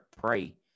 pray